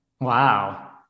Wow